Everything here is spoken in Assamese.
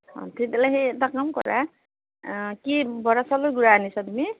অঁ কি বোলে সেই এটা কাম কৰা কি বৰা চাউলৰ গুড়া আনিছা তুমি